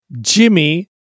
Jimmy